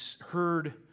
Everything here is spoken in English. heard